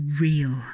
real